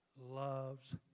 loves